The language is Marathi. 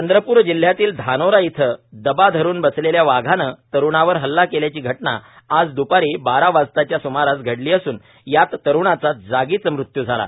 चंद्रपूर जिल्ह्यातील धानोरा इथं दबा धरून बसलेल्या वाघानं तरूणावर हल्ला केल्याची घटना आज द्रपारी बारा वाजताच्या सुमारास घडली असून यात तरूणाचा जागीच मृत्यू झाला